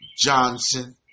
Johnson